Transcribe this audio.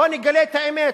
בוא נגלה את האמת,